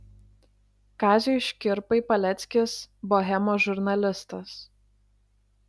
kaziui škirpai paleckis bohemos žurnalistas